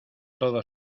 todo